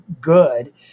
good